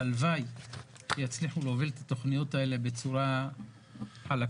והלוואי שיצליחו להוביל את התכניות האלה בצורה חלקה.